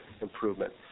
improvement